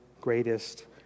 greatest